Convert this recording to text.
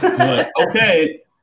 Okay